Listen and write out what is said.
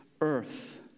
earth